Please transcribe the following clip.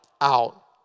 out